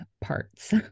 parts